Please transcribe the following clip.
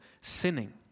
sinning